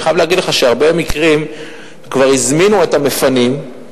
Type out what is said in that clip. אני חייב להגיד לך שבהרבה מקרים כבר הזמינו את המפנים,